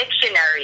Dictionary